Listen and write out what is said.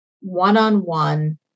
one-on-one